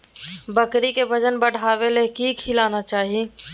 बकरी के वजन बढ़ावे ले की खिलाना चाही?